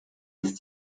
dass